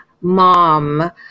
mom